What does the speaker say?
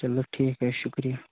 تیٚلہِ گوٚو ٹھیٖک حظ شُکریہ